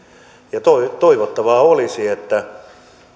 ja toivottavaa olisi että